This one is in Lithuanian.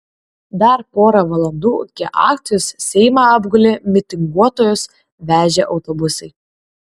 dar pora valandų iki akcijos seimą apgulė mitinguotojus vežę autobusai